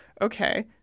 okay